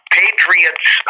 patriots